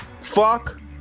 fuck